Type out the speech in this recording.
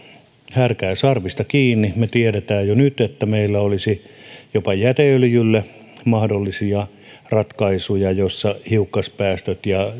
härkää sarvista kiinni me tiedämme jo nyt että meillä olisi jopa jäteöljylle mahdollisia ratkaisuja hiukkaspäästöjen ja